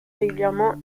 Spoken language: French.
régulièrement